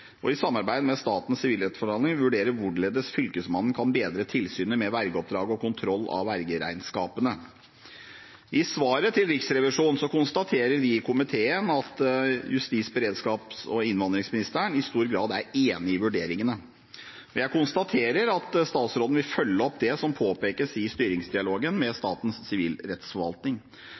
nødvendig i samarbeid med Statens sivilrettsforvaltning vurdere hvorledes Fylkesmannen kan bedre tilsynet med vergeoppdraget og kontroll av vergeregnskapene I svaret til Riksrevisjonen er justis-, beredskaps- og innvandringsministeren i stor grad enig i vurderingene. Jeg konstaterer at statsråden vil følge opp det som påpekes i styringsdialogen med Statens sivilrettsforvaltning.